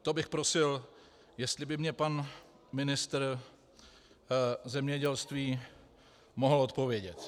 To bych prosil, jestli by mně pan ministr zemědělství mohl odpovědět.